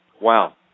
wow